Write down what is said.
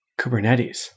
Kubernetes